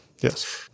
Yes